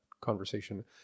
conversation